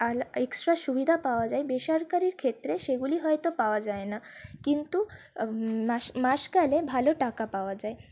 আল extra সুবিধা পাওয়া যায় বেসরকারির ক্ষেত্রে সেগুলি হয়তো পাওয়া যায় না কিন্তু মাস মাস গেলে ভালো টাকা পাওয়া যায়